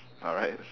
alright